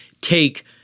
take